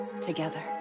together